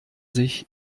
sich